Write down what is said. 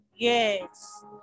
Yes